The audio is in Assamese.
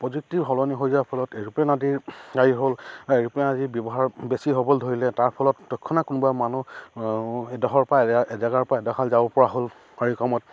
প্ৰযুক্তিৰ সলনি হৈ যোৱাৰ ফলত এৰোপ্লেন আদিৰ হেৰি হ'ল এৰোপ্লেন আদি ব্যৱহাৰ বেছি হ'বলৈ ধৰিলে তাৰ ফলত তৎক্ষণাত কোনোবা মানুহ এডোখৰৰপৰা এজেগাৰপৰা এডোখৰলৈ যাব পৰা হ'ল কাৰি কমত